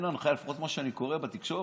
לפחות ממה שאני קורא בתקשורת?